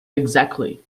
exactly